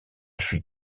fuit